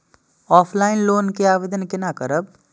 Offline loan के आवेदन केना करब?